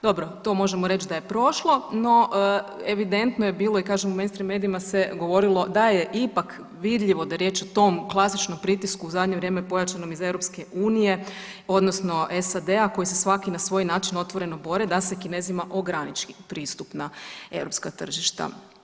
Dobro, to možemo reći da je prošlo, no evidentno je bilo i kažem u mainstream medijima se govorilo da je ipak vidljivo da je riječ o tom klasičnom pritisku u zadnje vrijeme pojačanom iz EU odnosno SAD-a koji se svaki na svoj način otvoreno bore da se Kinezima ograniči pristup na europska tržišta.